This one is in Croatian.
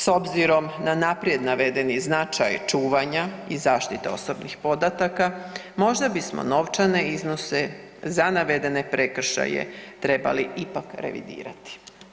S obzirom na naprijed navedeni značaj čuvanja i zaštite osobnih podataka možda bismo novčane iznose za navedene prekršaje trebali ipak revidirati.